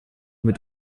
mit